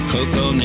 Coco